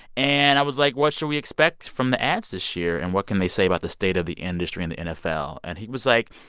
and i was like, what should we expect from the ads this year? and what can they say about the state of the industry and the nfl? and he was like,